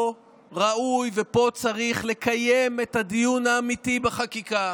פה ראוי ופה צריך לקיים את הדיון האמיתי בחקיקה.